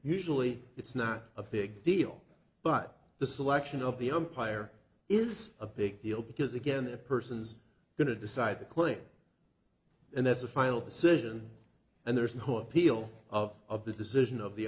usually it's not a big deal but the selection of the umpire is a big deal because again the person's going to decide the claim and that's the final decision and there's no appeal of of the decision of the